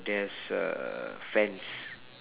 there's a fence